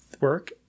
work